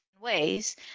ways